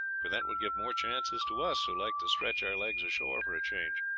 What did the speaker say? for that would give more chances to us who like to stretch our legs ashore for a change.